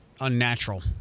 unnatural